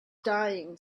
dying